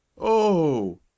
Oh